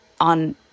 on